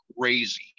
crazy